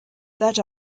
that